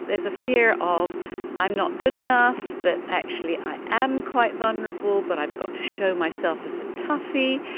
there is a fear of i'm not good enough, that actually i am quite vulnerable but i've got to show myself as a toughie,